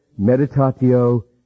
meditatio